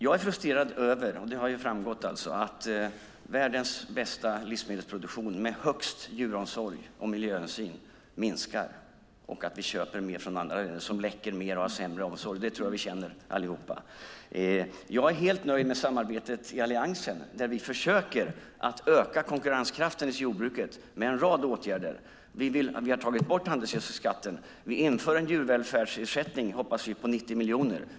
Som har framgått här är jag frustrerad över att världens bästa livsmedelsproduktion med den bästa djuromsorgen och största miljöhänsynen minskar och att vi köper mer från andra länder, som läcker mer och har sämre omsorg. Det tror jag att vi allihop känner. Jag är helt nöjd med samarbetet i Alliansen, där vi försöker öka konkurrenskraften hos jordbruket med en rad åtgärder. Vi har tagit bort handelsgödselskatten. Vi inför en djurvälfärdsersättning - hoppas vi - på 90 miljoner.